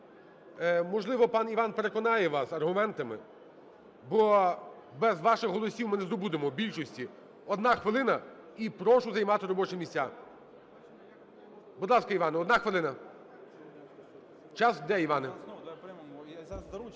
можливо, пан Іван переконає вас аргументами, бо без ваших голосів ми не здобудемо більшості. Одна хвилина. І прошу займати робочі місця. Будь ласка, Іване, одне хвилина. Час йде, Іване.